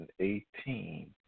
2018